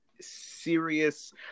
serious